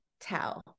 tell